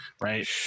right